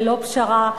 ללא פשרה,